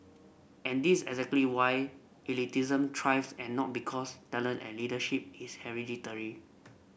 and this exactly why elitism thrives and not because talent and leadership is hereditary